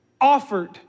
offered